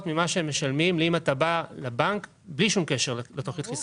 ממה שהם משלמים אם אתה בא לבנק בלי שום קשר לתכנית החיסכון.